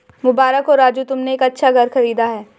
मुबारक हो राजू तुमने एक अच्छा घर खरीदा है